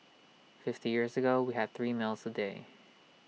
fifty years ago we had three meals A day